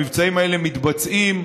המבצעים האלה מתבצעים,